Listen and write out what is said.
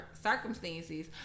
circumstances